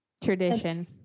tradition